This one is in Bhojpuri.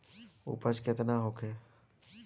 उपज केतना होखे?